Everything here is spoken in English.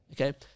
okay